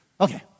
Okay